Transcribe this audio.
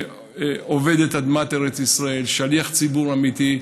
עובד את אדמת ארץ ישראל, שליח ציבור אמיתי.